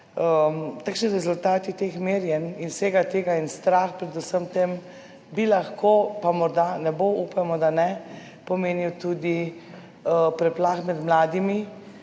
takšni rezultati teh merjenj in vsega tega in strah pred vsem tem bi lahko, pa morda ne bo, upajmo, da ne, pomenil tudi preplah med mladimi